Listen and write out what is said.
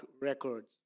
records